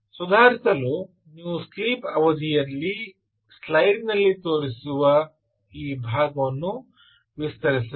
ಸುಧಾರಿಸಲು ನೀವು ಸ್ಲೀಪ್ ಅವಧಿಯಲ್ಲಿ ಸ್ಲೈಡಿನಲ್ಲಿ ತೋರಿಸಿರುವ ಈ ಭಾಗವನ್ನು ವಿಸ್ತರಿಸಬೇಕು